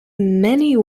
many